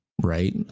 right